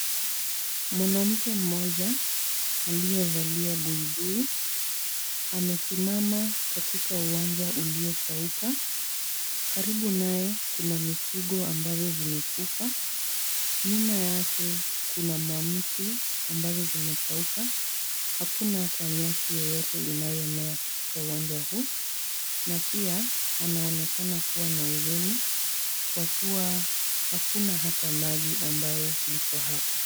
Mwanamke mmoja aliyevalia buibui, amesimama katika uwanja uliokauka. Karibu naye kuna mifugo ambazo zimekufa. Nyuma yake kuna mamti ambazo zimekauka, hakuna hata nyasi yoyote inayomea katika uwanja huu na pia anaonekana kuwa na huzuni, kwa kuwa hakuna hata maji ambayo iko hapa.